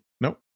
Nope